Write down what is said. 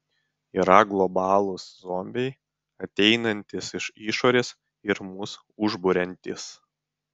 yra globalūs zombiai ateinantys iš išorės ir mus užburiantys